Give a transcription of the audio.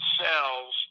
cells